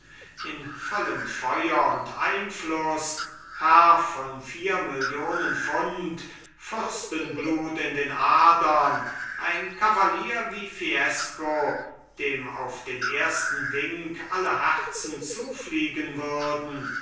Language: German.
in vollem feuer und einfluß herr von vier millionen pfund fürstenblut in den adern ein kavalier wie fiesco dem auf den ersten wink alle herzen zufliegen würden